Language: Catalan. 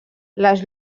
les